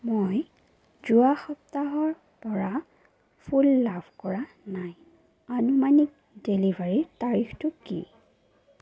মই যোৱা সপ্তাহৰ পৰা ফুল লাভ কৰা নাই আনুমানিক ডেলিভাৰীৰ তাৰিখটো কি